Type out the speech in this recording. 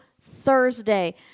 Thursday